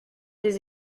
des